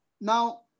now